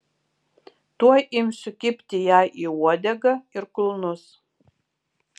tuoj imsiu kibti jai į uodegą ir kulnus